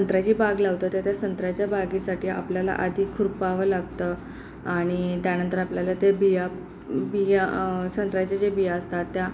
संत्र्याची बाग लावतो तेव्हा तर संत्र्याच्या बागेसाठी आपल्याला आधी खुरपावं लागतं आणि त्यानंतर आपल्याला ते बिया बिया संत्र्याच्या ज्या बिया असतात त्या